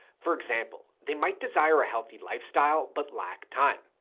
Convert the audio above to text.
for example, they might desire a healthy lifestyle, but lack time.